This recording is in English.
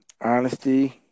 Honesty